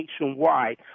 nationwide